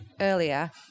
earlier